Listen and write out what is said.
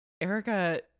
erica